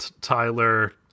Tyler